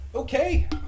okay